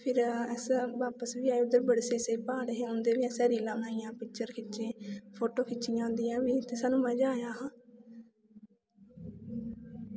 फिर अस बापस बी आए उद्धर बड़े स्हेई स्हेई प्हाड़ हे उं'दी बी असें रीलां बनाइयां पिक्चर खिच्ची फोटो खिच्चियां उं'दियां बी ते सानूं मजा आया